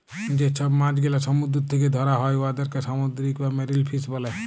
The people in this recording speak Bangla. যে ছব মাছ গেলা সমুদ্দুর থ্যাকে ধ্যরা হ্যয় উয়াদেরকে সামুদ্দিরিক বা মেরিল ফিস ব্যলে